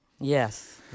Yes